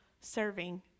serving